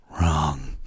Wrong